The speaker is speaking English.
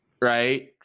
Right